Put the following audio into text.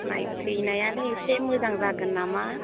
नायफैनायानो एसे मोजां जागोन नामा